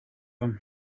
him